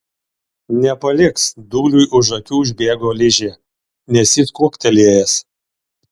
nepaliks dūliui už akių užbėgo ližė nes jis kuoktelėjęs